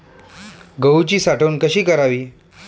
गहूची साठवण कशी करावी?